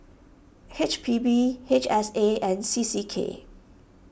H P B H S A and C C K